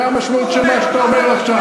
זו המשמעות של מה שאתה אומר עכשיו.